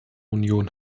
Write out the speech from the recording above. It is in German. union